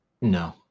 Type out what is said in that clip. No